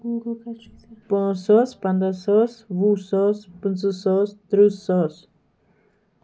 پانٛژھ ساس پَنداہ ساس وُہ ساس پٕنٛژٕہ ساس تٕرٕہ ساس